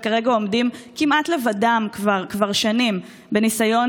וכרגע עומדים כמעט לבדם כבר שנים בניסיון